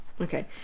Okay